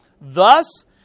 Thus